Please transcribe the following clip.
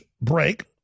Break